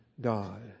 God